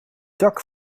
dak